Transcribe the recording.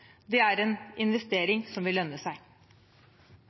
Det er en investering som vil lønne seg.